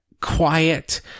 quiet